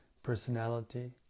Personality